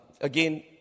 again